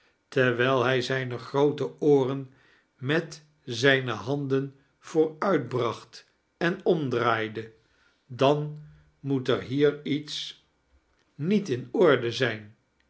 terwijl hij zijne groote ooren met zijne handen vooruitbracht en omdraaide dan moet er hier iets niet in orde zijn